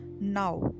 now